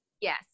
yes